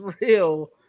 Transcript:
real